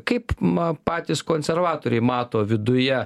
kaip ma patys konservatoriai mato viduje